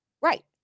Right